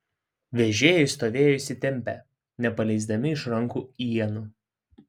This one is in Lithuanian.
vežėjai stovėjo įsitempę nepaleisdami iš rankų ienų